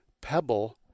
pebble